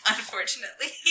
Unfortunately